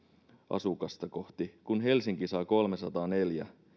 asukasta kohti kun helsinki saa kolmesataaneljä